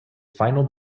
final